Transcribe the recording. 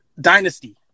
Dynasty